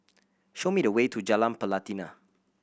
show me the way to Jalan Pelatina